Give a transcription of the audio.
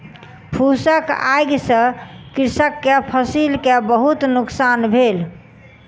फूसक आइग से कृषक के फसिल के बहुत नुकसान भेल